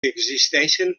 existeixen